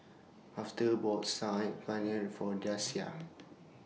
Afton bought Saag Paneer For Dasia